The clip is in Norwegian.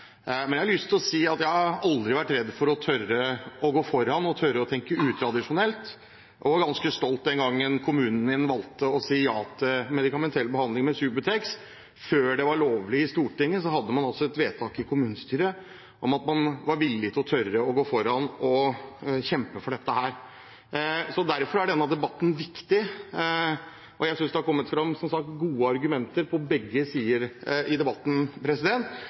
har lyst til å si at jeg aldri har vært redd for å tørre å gå foran og tørre å tenke utradisjonelt og var ganske stolt den gangen kommunen min valgte å si ja til medikamentell behandling med Subutex – før det var lovlig gjennom vedtak i Stortinget, hadde man altså et vedtak i et kommunestyre om at man var villig til å tørre å gå foran og kjempe for dette. Derfor er denne debatten viktig. Og jeg synes som sagt det har kommet fram gode argumenter fra begge sider i debatten,